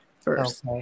first